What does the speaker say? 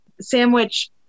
sandwich